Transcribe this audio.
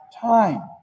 time